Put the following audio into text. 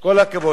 כל הכבוד.